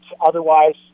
Otherwise